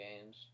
games